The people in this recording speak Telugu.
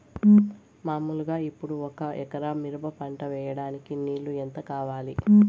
మామూలుగా ఇప్పుడు ఒక ఎకరా మిరప పంట వేయడానికి నీళ్లు ఎంత కావాలి?